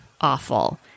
awful